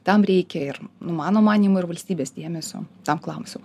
tam reikia ir nu mano manymu ir valstybės dėmesio tam klausimui